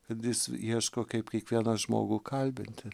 kad jis ieško kaip kiekvieną žmogų kalbinti